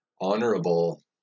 honorable